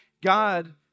God